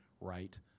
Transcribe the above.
right